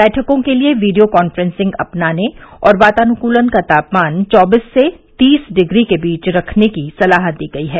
बैठकों के लिये वीडियो कॉन्फ्रेंसिंग अपनाने और वातानुकूलन का तापमान चौबीस से तीस डिग्री के बीच रखने की सलाह दी गयी है